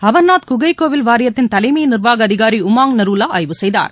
அமர்நாத் குகைக் கோவில் வாரியத்தின் தலைமை நிர்வாக அதிகாரி உமாங் நரூலா ஆய்வு செய்தார்